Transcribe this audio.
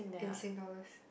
in Sing dollars